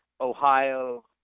Ohio